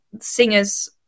singers